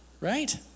right